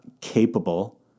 capable